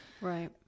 Right